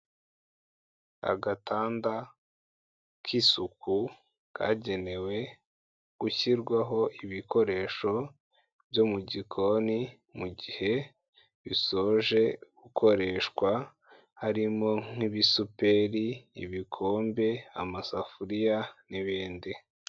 Agatanda k'isuku, kagenewe gushyirwaho ibikoresho byo mu gikoni, mu gihe bisoje gukoreshwa, harimo nk'ibisuperi, ibikombe, amasafuriya, n'ibindi.